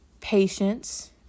patience